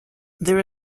there